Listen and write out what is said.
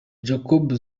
jacob